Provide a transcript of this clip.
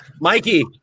Mikey